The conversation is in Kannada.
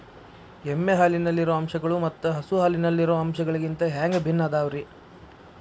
ಎಮ್ಮೆ ಹಾಲಿನಲ್ಲಿರೋ ಅಂಶಗಳು ಮತ್ತ ಹಸು ಹಾಲಿನಲ್ಲಿರೋ ಅಂಶಗಳಿಗಿಂತ ಹ್ಯಾಂಗ ಭಿನ್ನ ಅದಾವ್ರಿ?